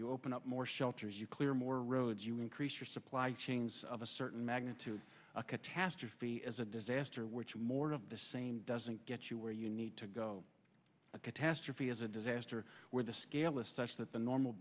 you open up more shelters you clear more roads you increase your supply chains of a certain magnitude a catastrophe as a disaster which more of the same doesn't get you where you need to go a catastrophe is a disaster where the scale is such that the normal